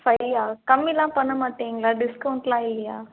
ஃபையா கம்மிலாம் பண்ண மாட்டீங்களா டிஸ்கௌண்ட்டுலாம் இல்லையா